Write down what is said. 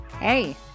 Hey